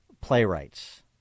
playwrights